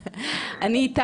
טוב,